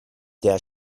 der